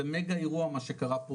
זה מגה אירוע מה שקרה פה,